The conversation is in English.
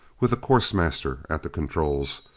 with a course master at the controls.